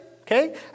okay